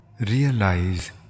realize